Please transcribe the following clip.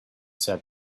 said